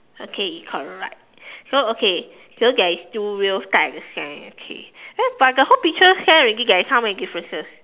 okay correct so okay okay but the whole picture share already there is how many differences